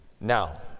Now